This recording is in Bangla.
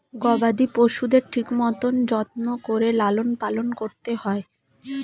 গবাদি পশুদের ঠিক মতন যত্ন করে লালন পালন করতে হয়